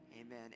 Amen